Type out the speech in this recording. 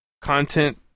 content